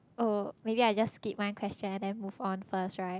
oh maybe I just keep my question and move on first right